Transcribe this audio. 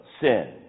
sin